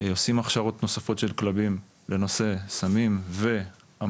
עושים הכשרות נוספות של כלבים לנושא סמים ואמל"ח.